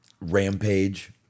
Rampage